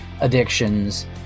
addictions